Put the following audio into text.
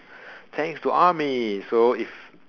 thanks to army so if